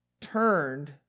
turned